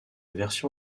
version